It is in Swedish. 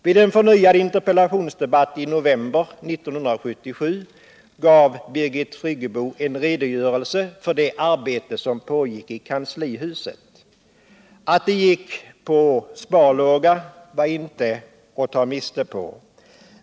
Vid en ny interpellationsdebatt i november 1977 gav Birgit Friggebo en redogörelse för det arbete som pågick i kanslihuset. Att det gick på sparlåga var inte att ta miste på.